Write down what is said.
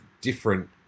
different